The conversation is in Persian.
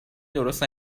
درست